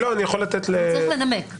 הוא צריך לנמק.